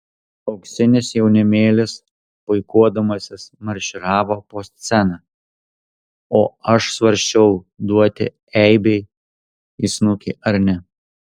auksinis jaunimėlis puikuodamasis marširavo po sceną o aš svarsčiau duoti eibei į snukį ar ne